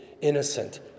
innocent